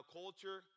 culture